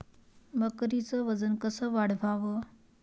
बकरीचं वजन कस वाढवाव?